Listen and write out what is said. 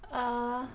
err